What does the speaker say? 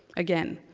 again,